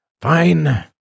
Fine